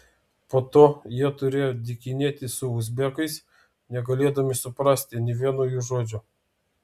po to jie turėjo dykinėti su uzbekais negalėdami suprasti nė vieno jų žodžio